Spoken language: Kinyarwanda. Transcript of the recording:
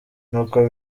nuko